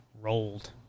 rolled